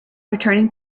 returning